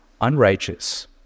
unrighteous